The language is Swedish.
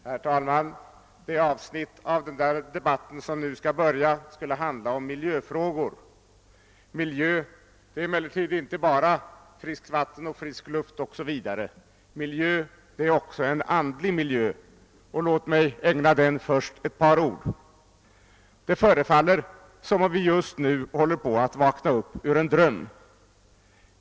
Herr talman! Det avsnitt av debatten som nu skall börja skulle handla om miljöfrågor. Miljö är emellertid inte bara friskt vatten, frisk luft osv. Miljö är också en andlig miljö och låt mig först ägna den ett par ord. Det förefaller som om vi just nu håller på att vakna upp ur en dröm.